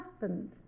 husband